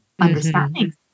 understanding